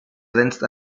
grenzt